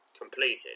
completed